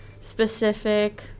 specific